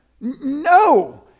no